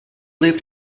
leave